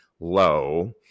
Low